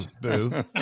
boo